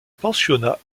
pensionnat